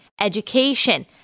education